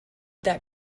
that